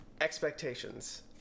expectations